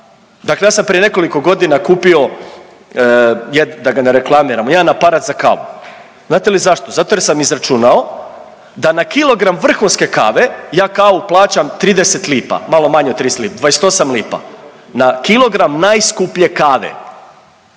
je…, da ga ne reklamiramo, jedan aparat za kavu, znate li zašto, zato jer sam izračunao da na kilogram vrhunske kave ja kavu plaćam 30 lipa, malo manje od 30 lipa, 28 lipa na kilogram najskuplje kave